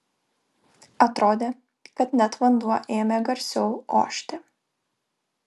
atrodė kad net vanduo ėmė garsiau ošti